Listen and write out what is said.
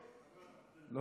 כן?